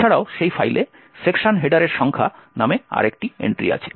এছাড়াও সেই ফাইলে "সেকশন হেডারের সংখ্যা" নামে আরেকটি এন্ট্রি আছে